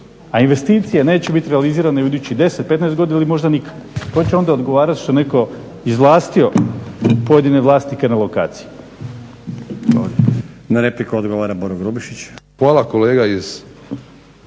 a investicije neće biti realizirane u idućih 10, 15 godina ili možda nikada. Tko će onda odgovarati što je netko izvlastio pojedine vlasnike na lokaciji? Hvala lijepo.